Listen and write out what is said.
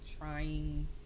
trying